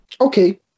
Okay